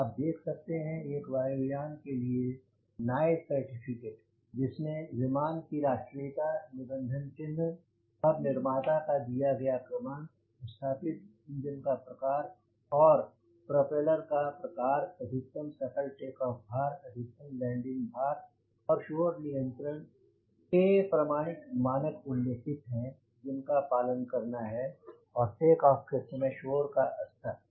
अब आप देख सकते हैं एक वायु यान के लिए नॉइज़ सर्टिफ़िकेट जिसमे विमान की राष्ट्रीयता निबंधन चिह्न और निर्माता का दिया क्रमांक स्थापित इंजन का प्रकार और प्रोपेलर का प्रकार अधिकतम सकल टेक ऑफ भार अधिकतम लैंडिंग भार और शोर नियंत्रण के प्रामाणिक मानक उल्लेखित है जिनका पालन करना है और टेक ऑफ के समय शोर का स्तर